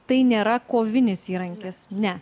tai nėra kovinis įrankis ne